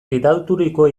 gidaturiko